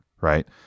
right